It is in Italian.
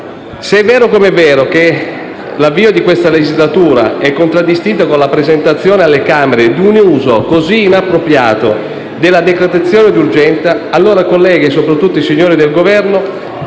Se è vero come è vero, che l'avvio di questa legislatura è contraddistinto con la presentazione alle Camere di un uso così inappropriato della decretazione d'urgenza, allora, colleghi e soprattutto signori del Governo,